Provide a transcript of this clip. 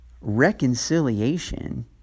reconciliation